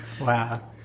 Wow